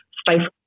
stifle